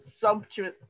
Sumptuous